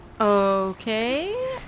Okay